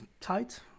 tight